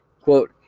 Quote